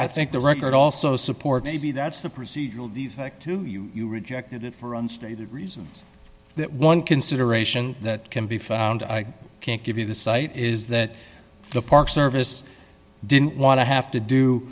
i think the record also supports a b that's the procedural defect to you you rejected it for unstated reasons that one consideration that can be found i can't give you the cite is that the park service didn't want to have to do